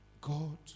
God